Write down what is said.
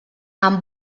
amb